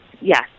yes